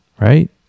right